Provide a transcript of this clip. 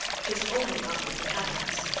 his only object of happiness.